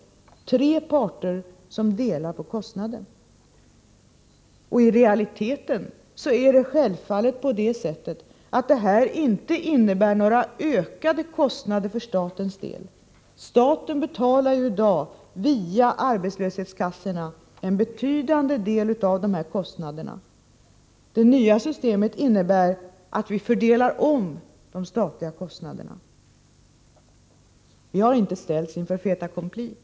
Det är alltså tre parter som delar på kostnaden. I realiteten innebär detta självfallet inte några ökade kostnader för statens del. Staten betalar i dag via arbetslöshetskassorna en betydande del av dessa kostnader. Det nya systemet innebär att vi fördelar om de statliga kostnaderna. Regeringen har inte ställts inför fait accompli.